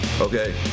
Okay